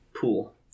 pool